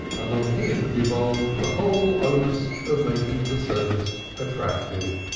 and on him devolved the whole onus of making the service attractive.